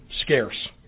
scarce